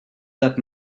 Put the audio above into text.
that